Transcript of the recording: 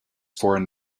foreign